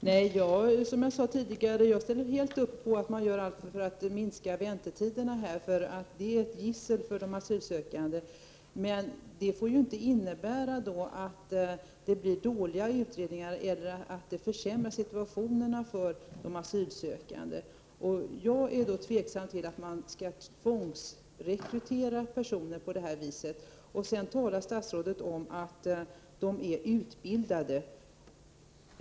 Fru talman! Som jag sade tidigare ställde jag helt upp på att göra allt för att minska väntetiderna. De är ju ett gissel för de asylsökande. Men det får inte innebära att det blir dåliga utredningar eller att situationen för de asylsökande försämras. Jag är tveksam till att man skall tvångsrekrytera personer på det här sättet. Statsrådet säger att dessa poliser är utbildade.